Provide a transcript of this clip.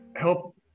help